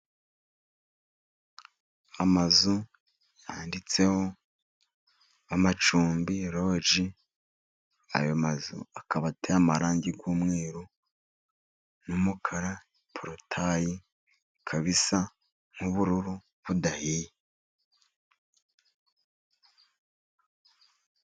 Amazu yanditseho amacumbi, loji, ayo mazu akaba ateye amarangi y'umweru n'umukara ,porotayi ikaba isa nk'ubururu budahiye.